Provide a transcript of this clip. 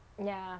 ya